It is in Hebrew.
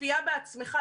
בציפייה בעצמך.